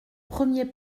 premier